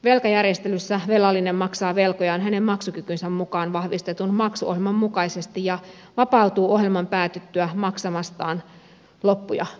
velkajärjestelyssä velallinen maksaa velkojaan hänen maksukykynsä mukaan vahvistetun maksuohjelman mukaisesti ja vapautuu ohjelman päätyttyä maksamasta loppuja velkojaan